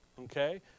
Okay